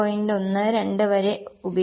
12 വരെ ഉപയോഗിച്ചു